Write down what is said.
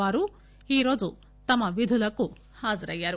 వారు ఈరోజు తమ విధులకు హాజరయ్యారు